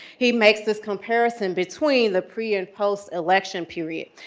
he makes this comparison between the pre and post-election period.